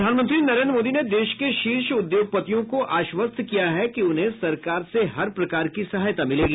प्रधानमंत्री नरेन्द्र मोदी ने देश के शीर्ष उद्योगपतियों को आश्वस्त किया है कि उन्हें सरकार से हर प्रकार की सहायता मिलेगी